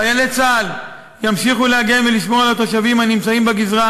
חיילי צה"ל ימשיכו להגן ולשמור על התושבים הנמצאים בגזרה,